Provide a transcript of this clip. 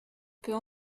peut